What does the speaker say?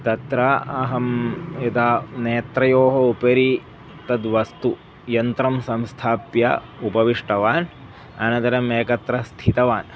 तत्र अहं यदा नेत्रयोः उपरि तद्वस्तु यन्त्रं संस्थाप्य उपविष्टवान् अनन्तरम् एकत्र स्थितवान्